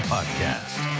Podcast